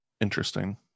interesting